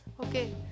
okay